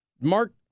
Mark